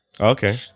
okay